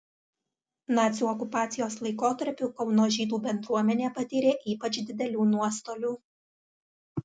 nacių okupacijos laikotarpiu kauno žydų bendruomenė patyrė ypač didelių nuostolių